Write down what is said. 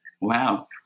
Wow